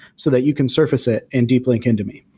so that you can surface it and deep link in to me.